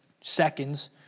seconds